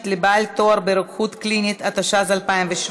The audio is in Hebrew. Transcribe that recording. חברת הכנסת יעל גרמן,